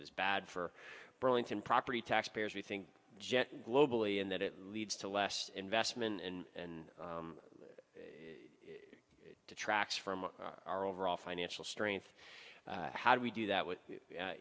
is bad for burlington property taxpayers we think jet globally and that it leads to less investment and detracts from our overall financial strength how do we do that with a